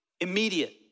immediate